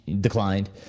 declined